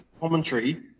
commentary